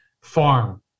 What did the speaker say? farm